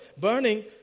burning